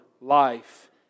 life